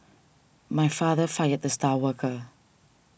my father fired the star worker